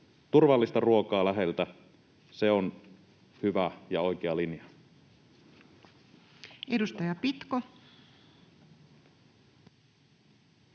Turvallista ruokaa läheltä, se on hyvä ja oikea linja.